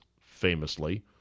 famously